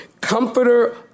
comforter